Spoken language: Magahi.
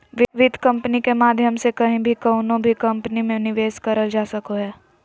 वित्त कम्पनी के माध्यम से कहीं भी कउनो भी कम्पनी मे निवेश करल जा सको हय